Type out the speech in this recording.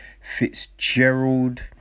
Fitzgerald